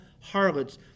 harlots